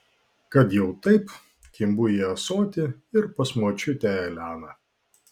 kad jau taip kimbu į ąsotį ir pas močiutę eleną